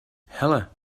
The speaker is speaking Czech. hele